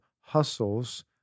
hustles